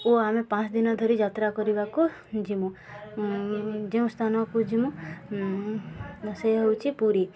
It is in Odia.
ଓ ଆମେ ପାଞ୍ଚ ଦିନ ଧରି ଯାତ୍ରା କରିବାକୁ ଯିମୁ ଯେଉଁ ସ୍ଥାନକୁ ଯିମୁ ସେ ହଉଛି ପୁରୀ